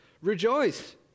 rejoice